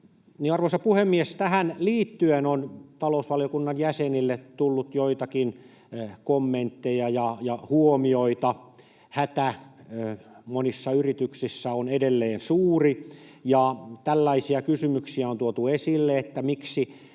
Arvoisa puhemies! Tähän liittyen on talousvaliokunnan jäsenille tullut joitakin kommentteja ja huomioita. Hätä monissa yrityksissä on edelleen suuri, ja tällaisia kysymyksiä on tuotu esille, että miksi